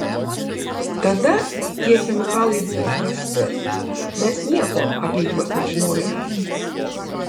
tada tie chemikalai buvo prasti mes nieko apie juos nežinojome